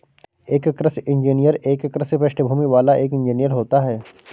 एक कृषि इंजीनियर एक कृषि पृष्ठभूमि वाला एक इंजीनियर होता है